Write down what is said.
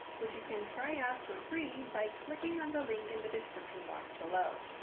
which you can try out for free by clicking on the link in the description box below.